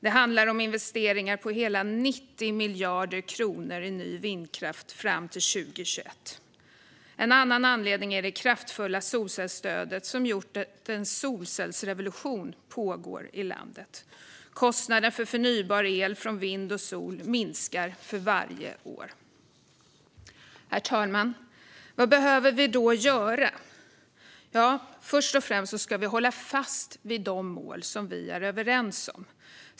Det handlar om investeringar på hela 90 miljarder kronor i ny vindkraft fram till 2021. En annan anledning är det kraftfulla solcellsstödet som gjort att en solcellsrevolution pågår i landet. Kostnaderna för förnybar el från vind och sol minskar för varje år. Herr talman! Vad behöver vi då göra? Först och främst ska vi hålla fast vid de mål som vi är överens om.